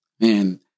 man